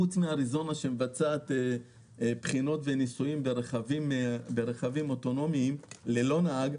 חוץ מאריזונה שמבצעת בחינות וניסויים ברכבים אוטונומיים ללא נהג,